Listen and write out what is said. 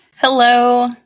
Hello